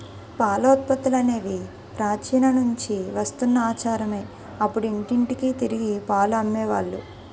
పాల ఉత్పత్తులనేవి ప్రాచీన నుంచి వస్తున్న ఆచారమే అప్పుడు ఇంటింటికి తిరిగి పాలు అమ్మే వాళ్ళు